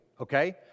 okay